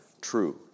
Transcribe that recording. true